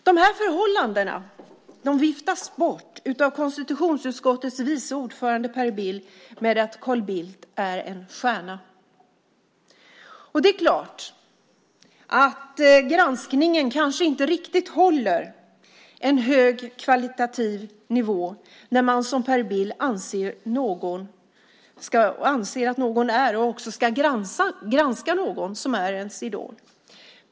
Dessa förhållanden viftas bort av konstitutionsutskottets vice ordförande Per Bill med att Carl Bildt är en stjärna. Det är klart att granskningen inte riktigt håller en hög kvalitativ nivå när man som Per Bill är satt att granska någon som är ens idol.